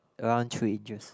around three inches